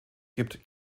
gibt